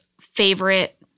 favorite